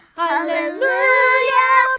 hallelujah